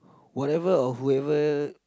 whatever or whoever